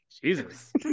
Jesus